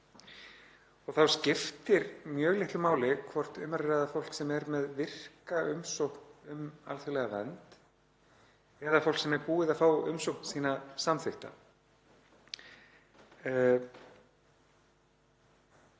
Þá skiptir mjög litlu máli hvort um er að ræða fólk sem er með virka umsókn um alþjóðlega vernd eða fólk sem er búið að fá umsókn sína samþykkta.